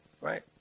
Right